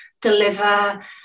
deliver